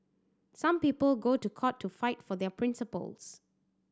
some people go to court to fight for their principles